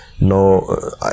no